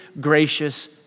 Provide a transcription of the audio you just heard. gracious